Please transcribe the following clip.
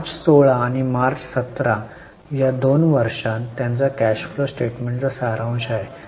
मार्च 16 आणि मार्च 17 या दोन वर्षात त्यांच्या कॅश फ्लो स्टेटमेन्टचा सारांश आहे